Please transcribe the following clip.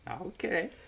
Okay